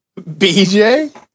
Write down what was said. BJ